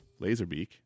Laserbeak